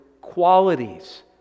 qualities